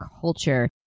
culture